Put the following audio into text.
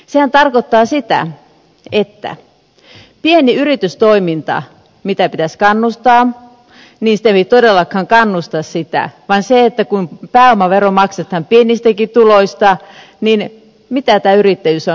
sehän tarkoittaa sitä että pientä yritystoiminta jota pitäisi kannustaa se ei todellakaan kannusta vaan kun pääomavero maksetaan pienistäkin tuloista niin mitä tämä yrittäjyys on